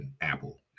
Apple